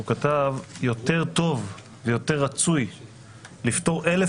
הוא כתב שיותר טוב ויותר רצוי לפטור 1,000